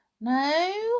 No